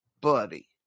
buddy